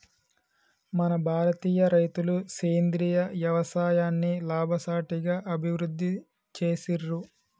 మన భారతీయ రైతులు సేంద్రీయ యవసాయాన్ని లాభసాటిగా అభివృద్ధి చేసిర్రు